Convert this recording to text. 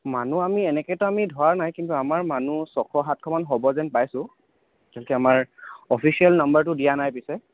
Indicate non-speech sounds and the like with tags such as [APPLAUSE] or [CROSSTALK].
মানুহ আমি এনেকৈতো আমি ধৰা নাই কিন্তু আমাৰ মানুহ ছশ সাতশমান হ'ব যেন পাইছোঁ [UNINTELLIGIBLE] আমাৰ অফিচিয়েল নাম্বাৰটো দিয়া নাই পিছে